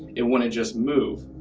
want to just move